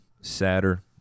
sadder